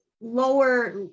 lower